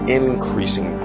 increasing